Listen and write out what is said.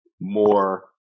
more